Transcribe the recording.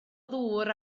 ddŵr